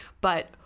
But-